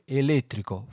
elettrico